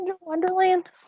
wonderland